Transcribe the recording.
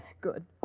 Good